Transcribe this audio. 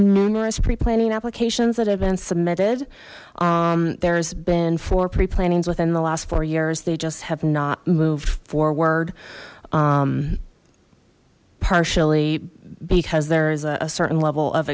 numerous pre planning applications that have been submitted there's been four pre plantings within the last four years they just have not moved forward partially because there is a certain level of